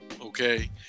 okay